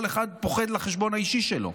כל אחד פוחד על החשבון האישי שלו.